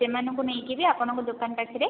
ସେମାନଙ୍କୁ ନେଇକି ବି ଆପଣଙ୍କ ଦୋକାନ ପାଖରେ